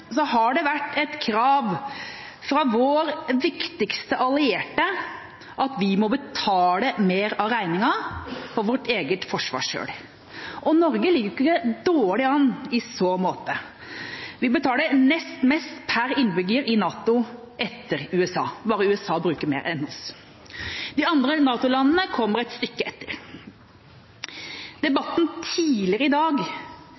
så måte. Vi betaler nest mest per innbygger i NATO, etter USA. Bare USA bruker mer på forsvar per innbygger. De andre NATO-landene kommer et stykke etter. Debatten tidligere i dag